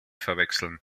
verwechseln